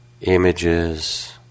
images